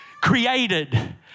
created